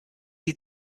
die